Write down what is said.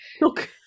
look